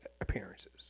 appearances